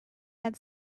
had